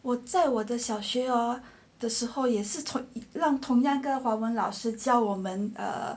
我在我的小学 hor 时候也是让同样个华文老师教我们 err